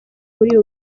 muri